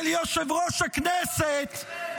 של יושב-ראש הכנסת,